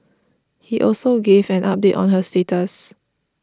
he also gave an update on her status